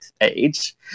age